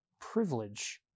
privilege